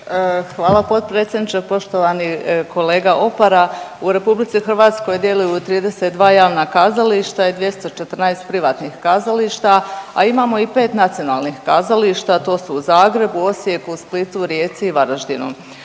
Hvala potpredsjedniče. Poštovani kolega Opara, u RH djeluju 32 javna kazališta i 214 privatnih kazališta, a imamo i 5 nacionalnih kazališta, to su u Zagrebu, Osijeku, u Splitu, Rijeci i Varaždinu,